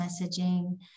messaging